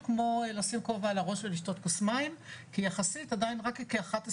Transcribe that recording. כמו לשים כובע על הראש ולשתות כוס מים כי יחסית עדין רק כ-11